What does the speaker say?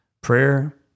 Prayer